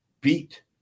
beat